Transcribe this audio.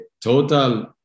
total